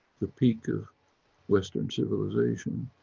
the peak of western civilization,